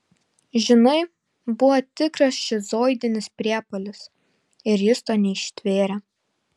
žinai buvo tikras šizoidinis priepuolis ir jis to neištvėrė